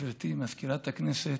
גברתי מזכירת הכנסת,